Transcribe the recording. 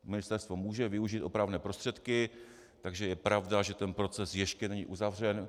Ministerstvo může využít opravné prostředky, takže je pravda, že ten proces ještě není uzavřen.